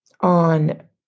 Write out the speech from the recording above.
on